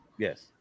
Yes